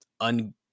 un